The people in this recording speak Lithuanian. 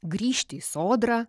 grįžti į sodrą